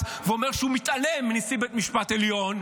ואומר שהוא מתעלם מנשיא בית המשפט העליון.